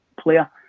player